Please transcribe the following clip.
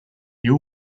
you